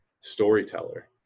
storyteller